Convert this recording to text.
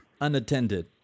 unattended